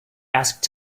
asked